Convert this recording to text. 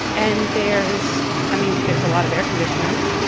and there's i mean, there's a lot of air conditioners